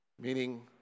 Meaning